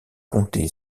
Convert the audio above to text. compter